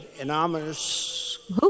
anonymous